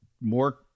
more